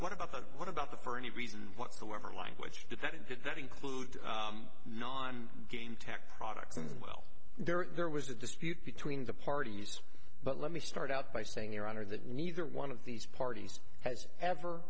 what about what about the for any reason whatsoever language did not include non tech products well there was a dispute between the parties but let me start out by saying your honor that neither one of these parties has ever